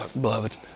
beloved